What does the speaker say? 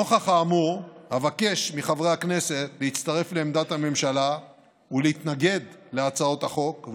נוכח האמור אבקש מחברי הכנסת להצטרף לעמדת הממשלה ולהתנגד להצעות החוק,